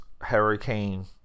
Hurricane